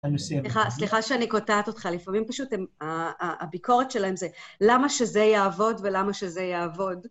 סליחה שאני קוטעת אותך, לפעמים פשוט הביקורת שלהם זה למה שזה יעבוד ולמה שזה יעבוד.